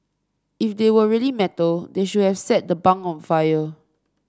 if they were really metal they should have set the bunk on fire